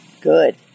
good